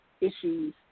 issues